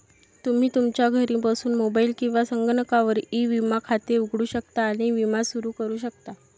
तुम्ही तुमच्या घरी बसून मोबाईल किंवा संगणकावर ई विमा खाते उघडू शकता आणि विमा सुरू करू शकता